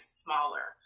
smaller